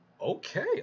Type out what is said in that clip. Okay